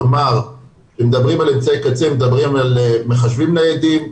כלומר מדברים על מחשבים ניידים,